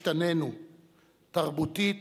השתנינו תרבותית,